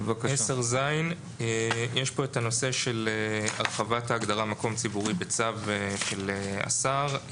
סעיף 10ז. יש כאן את הנושא של הרחבת ההגדרה מקום ציבורי בצו של השר.